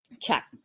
Check